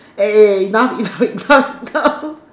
eh enough enough enough enough